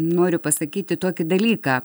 noriu pasakyti tokį dalyką